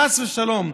חס ושלום,